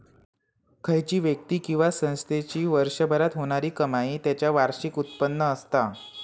खयची व्यक्ती किंवा संस्थेची वर्षभरात होणारी कमाई त्याचा वार्षिक उत्पन्न असता